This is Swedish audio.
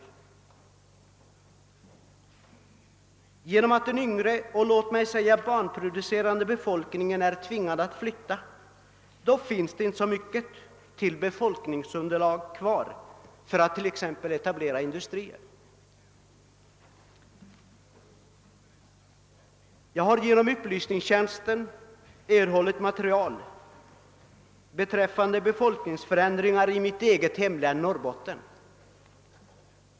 Genom att den yngre och, låt mig säga, barnproducerande = befolkningen = är tvingad att flytta blir resultatet, att det inte finns kvar så mycket av befolkningsunderlag för att t.ex. etablera industrier. Jag har genom riksdagens upplysningstjänst erhållit material beträffande befolkningsförändringar i mitt eget hemlän Norrbotten.